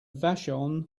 vashon